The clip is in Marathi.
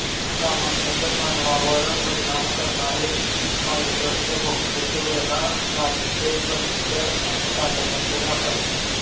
सामान्यतः मानवांवर परिणाम करणारे माइटस बहुतेक वेळा गालिचे, फर्निचर आणि गाद्यांमध्ये रहातात